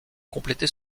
compléter